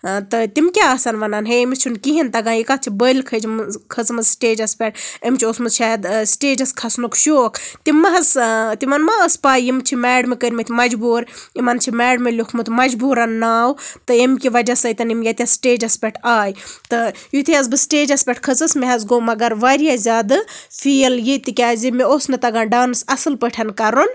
تہٕ تِم کیاہ آسَن ونان ہے أمِس چھُنہٕ کِہینۍ تَگان یہِ کَتھ چھِ بٔلۍ کھٕجمٕژ کھٔژمٕژ سِٹیجَس پٮ۪ٹھ أمِس چھُ اوسمُت شاید سِٹیجَس کھسنُک شوق تِم مہ حظ تِمن مہ ٲس پَے یِم چھِ میڈمہ کٔرمٕتۍ مَجبوٗر یِمن چھُ میڈمہِ لیوٗکھمُت مَجبوٗرَن ناو تہٕ ییٚمہِ کہِ وجہہ ستۭۍ یِم ییٚتیتھ سِٹیجَس پٮ۪ٹھ آیہِ تہٕ یِتھُے حظ بہٕ سِٹیجَس پٮ۪ٹھ کھٔژٕس مےٚ حظ گوٚو مَگر واریاہ زیادٕ فیٖل ییٚتہِ تِکیازِ مےٚ اوس نہٕ تَگان ڈانٔس اَصٕل پٲٹھۍ کَرُن